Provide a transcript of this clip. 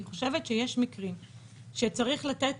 אני חושבת שיש מקרים שצריך לתת